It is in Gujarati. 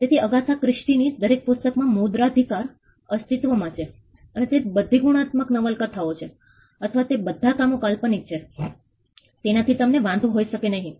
તેથી અગાથા ક્રિસ્ટી ની દરેક પુસ્તક માં મુદ્રણાધિકાર અસ્તિત્વ માં છે અને તે બધી ગુણાત્મક નવલકથાઓ છે અથવા તે બધા કામો કાલ્પનિક છે તેનાથી તેમને વાંધો હોઈ શકે નહિ